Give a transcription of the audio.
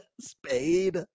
Spade